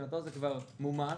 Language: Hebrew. מבחינתו זה כבר מומש